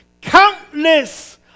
countless